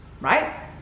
right